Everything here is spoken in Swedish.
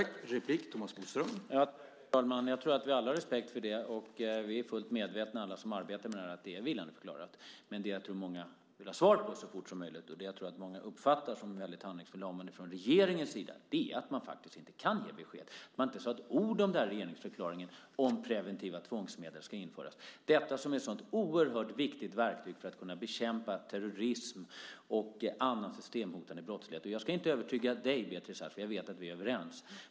Herr talman! Jag tror att vi alla har respekt för det. Och vi alla som arbetar med det här är fullt medvetna om att det är vilandeförklarat. Men jag tror att många vill ha svar så fort som möjligt, och det jag tror att många uppfattar som väldigt handlingsförlamande från regeringens sida är att man faktiskt inte kan ge besked. Man sade inte ett ord om det här i regeringsförklaringen, om preventiva tvångsmedel ska införas. Detta är ju ett sådant oerhört viktigt verktyg för att man ska kunna bekämpa terrorism och annan systemhotande brottslighet. Jag ska inte övertyga dig, Beatrice Ask, för jag vet att vi är överens.